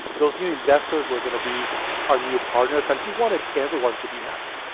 those new investors were going to be our new partners and he wanted everyone to be happy.